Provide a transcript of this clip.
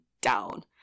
down